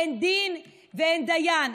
אין דין ואין דיין.